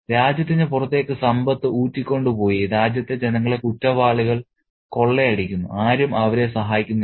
രാജ്യത്തിന് പുറത്തേക്ക് സമ്പത്ത് ഊറ്റികൊണ്ട് പോയി രാജ്യത്തെ ജനങ്ങളെ കുറ്റവാളികൾ കൊള്ളയടിക്കുന്നു ആരും അവരെ സഹായിക്കുന്നില്ല